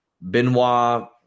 Benoit